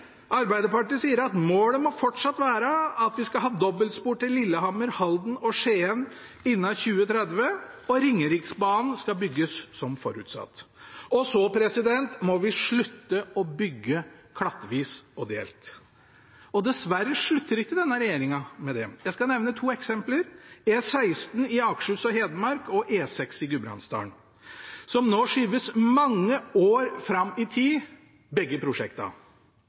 Arbeiderpartiet sier at målet fortsatt må være at vi skal ha dobbeltspor til Lillehammer, Halden og Skien innen 2030, og at Ringeriksbanen skal bygges som forutsatt. Og så må vi slutte å bygge klattvis og delt. Dessverre slutter ikke denne regjeringen med det. Jeg skal nevne to eksempler: Prosjektene E16 i Akershus og Hedmark og E6 i Gudbrandsdalen skyves nå mange år fram i tid.